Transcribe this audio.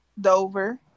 Dover